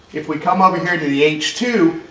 if we come up here to the h two,